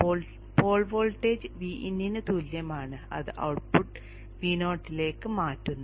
Paul voltage Vin ന് തുല്യമാണ് അത് ഔട്ട്പുട്ട് Vo യിലേക്ക് മാറ്റുന്നു